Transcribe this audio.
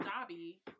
Dobby